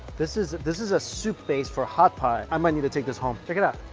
this is this is a soup base for hotpot. i might need to take this home. check it out,